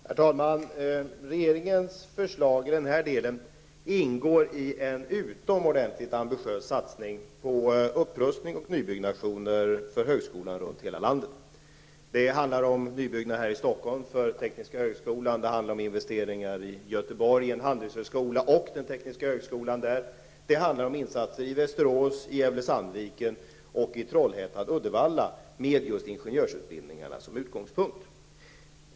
Herr talman! Regeringens förslag i denna del ingår i en utomordentligt ambitiös satsning på upprustning och nybyggnationer för högskolorna runt hela landet. Det handlar om nybyggnad här i Uddevalla, med just ingenjörsutbildningarna som utgångspunkt.